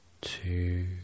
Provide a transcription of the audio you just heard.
two